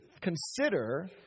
consider